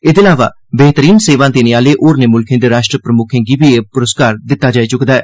एह्दे अलावा बेह्तरीन सेवां देने आह्ले होरनें मुल्खें दे राष्ट्र प्रमुक्खें गी बी एह् पुरस्कार दित्ता जाई सकदा ऐ